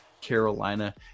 Carolina